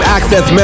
Access